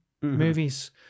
movies